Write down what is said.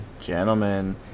gentlemen